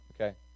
Okay